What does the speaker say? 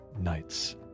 nights